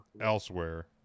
elsewhere